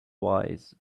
wise